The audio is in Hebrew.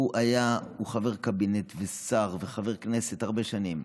הוא חבר קבינט, שר, חבר כנסת הרבה מאוד שנים,